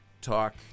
talk